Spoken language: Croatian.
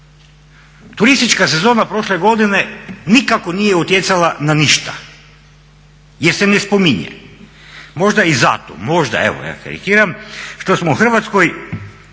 Turistička sezone prošle godine nikako nije utjecala na ništa jer se ne spominje. Možda i zato, možda evo ja karikiram, što smo u Hrvatskoj